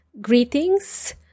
greetings